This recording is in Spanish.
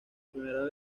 primera